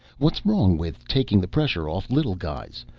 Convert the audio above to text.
what's wrong with taking the pressure off little guys?